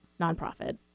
nonprofit